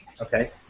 Okay